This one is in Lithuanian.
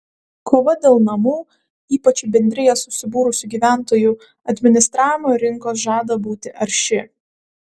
kova dėl namų ypač į bendrijas susibūrusių gyventojų administravimo rinkos žada būti arši